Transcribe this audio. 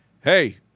hey